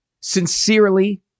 sincerely